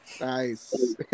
nice